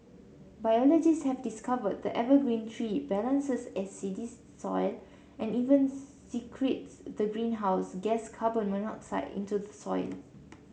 biologists have discovered the evergreen tree balances acidic soil and even secretes the greenhouse gas carbon monoxide into the soil